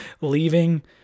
leaving